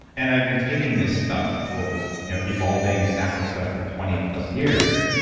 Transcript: and i've been taking this stuff, what was evolving stack of stuff for twenty plus years,